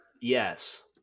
Yes